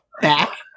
back